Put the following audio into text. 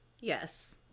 Yes